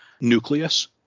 nucleus